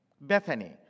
Bethany